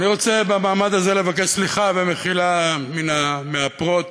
אני רוצה במעמד הזה לבקש סליחה ומחילה מן המאפרות,